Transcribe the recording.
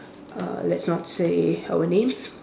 uh let's not say our names